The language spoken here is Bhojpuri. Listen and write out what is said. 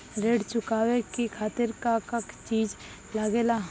ऋण चुकावे के खातिर का का चिज लागेला?